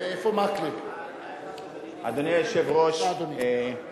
אני קובע שהצעת חוק הפצת שידורים באמצעות תחנות שידור